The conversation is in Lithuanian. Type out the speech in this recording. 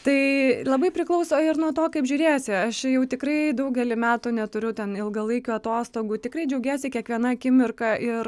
tai labai priklauso ir nuo to kaip žiūrėsi aš jau tikrai daugelį metų neturiu ten ilgalaikių atostogų tikrai džiaugiesi kiekviena akimirka ir